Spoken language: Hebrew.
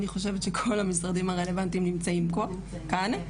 אני חושבת שכל המשרדים הרלוונטים נמצאים כאן,